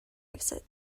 exit